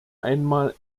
einmal